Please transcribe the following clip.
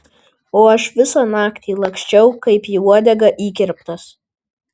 o aš visą naktį laksčiau kaip į uodegą įkirptas